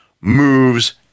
moves